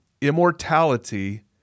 immortality